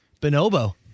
bonobo